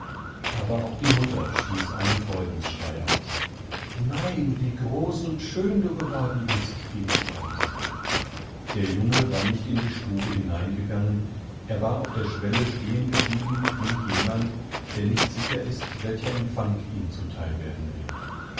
aber auch die mutter stieß einen freudenschrei aus nein wie groß und schöndugewordenbist riefsieaus der junge war nicht in die stube hineingegangen er war auf der schwelle stehengebliebenwiejemand dernichtsicherist welcherempfangihmzuteil werden wird